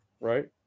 right